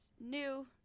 new